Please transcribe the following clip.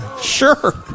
Sure